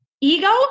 ego